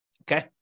Okay